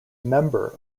member